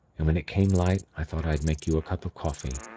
and when it came light, i thought i'd make you a cup of coffee.